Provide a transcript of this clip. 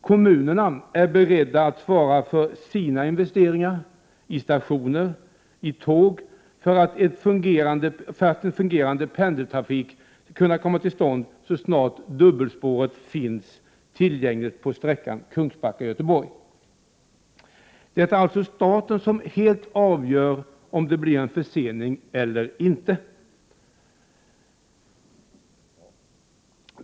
Kommunerna är beredda att svara för sina investeringar i stationer och tåg för att en fungerande pendeltrafik skall komma till stånd så snart dubbelspår finns tillgängligt på sträckan Kungsbacka-Göteborg. Det är alltså staten som helt avgör om det blir en försening eller inte.